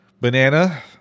Banana